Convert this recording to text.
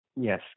Yes